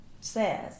says